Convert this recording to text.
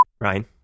Ryan